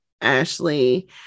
Ashley